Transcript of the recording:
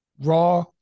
raw